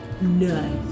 Nice